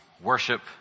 worship